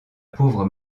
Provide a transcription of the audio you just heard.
pauvre